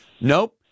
Nope